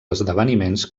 esdeveniments